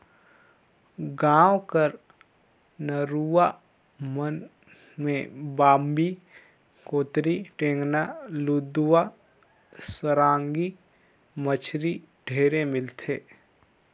गाँव कर नरूवा मन में बांबी, कोतरी, टेंगना, लुदवा, सरांगी मछरी ढेरे मिलथे